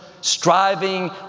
striving